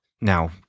now